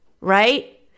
right